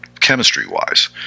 chemistry-wise